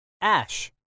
Ash